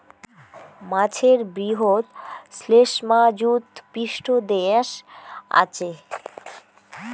মাছের বৃহৎ শ্লেষ্মাযুত পৃষ্ঠদ্যাশ আচে